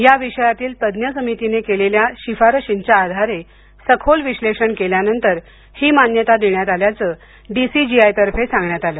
या विषयातील तज्ज्ञ समितीने केलेल्या शिफारशींच्या आधारे सखोल विश्लेषण केल्यानंतर ही मान्यता देण्यात आल्याचं डी सी जी आय तर्फे सांगण्यात आलं